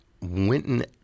Winton